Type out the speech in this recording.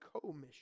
commission